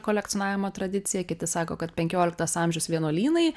kolekcionavimo tradicija kiti sako kad penkioliktas amžius vienuolynai